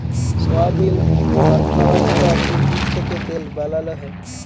সয়াবিল, sunflower গুলার যে বীজ থ্যাকে তেল বালাল হ্যয়